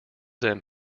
them